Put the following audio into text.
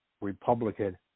republican